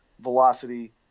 velocity